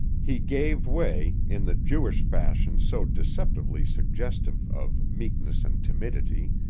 he gave way, in the jewish fashion so deceptively suggestive of meekness and timidity,